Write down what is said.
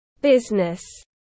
business